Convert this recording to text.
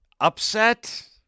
upset